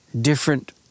different